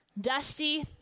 dusty